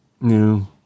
No